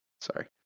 Sorry